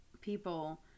people